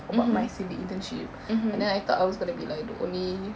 about my civic internship and then I thought I was gonna be like the only